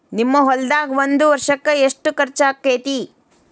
ನಿಮ್ಮ ಹೊಲ್ದಾಗ ಒಂದ್ ವರ್ಷಕ್ಕ ಎಷ್ಟ ಖರ್ಚ್ ಆಕ್ಕೆತಿ?